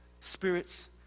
spirits